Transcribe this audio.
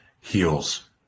heals